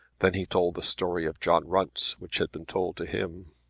then he told the story of john runce, which had been told to him.